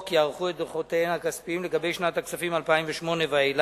יערכו את דוחותיהן הכספיים לגבי שנת הכספיים 2008 ואילך